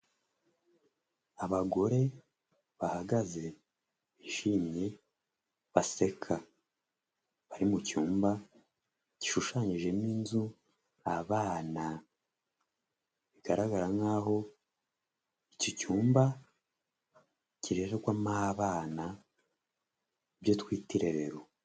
Abagore bahagaze bishimye baseka bari mu cyumba gishushanyijemo inzu abana bigaragara nk'aho icyo cyumba kirererwamo abana ibyo twita irerero.